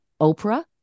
Oprah